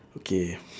okay